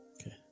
Okay